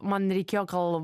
man reikėjo gal